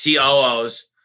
COOs